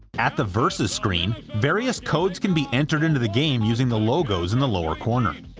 at the versus screen, various codes can be entered into the game using the logos in the lower corner.